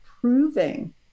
proving